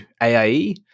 AIE